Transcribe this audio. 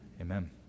Amen